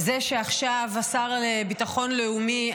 זה שעכשיו השר לביטחון לאומי,